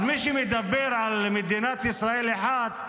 אז מי שמדבר על מדינת ישראל אחת,